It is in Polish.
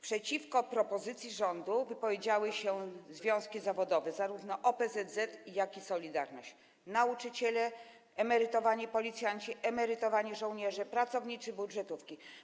Przeciwko propozycji rządu wypowiedziały się związki zawodowe, zarówno OPZZ, jak i „Solidarność”, nauczyciele, emerytowani policjanci, emerytowani żołnierze, pracownicy budżetówki.